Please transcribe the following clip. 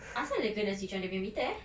ah so like he kena switched on dia punya meter ah